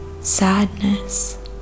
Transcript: sadness